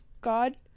God